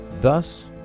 thus